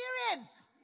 experience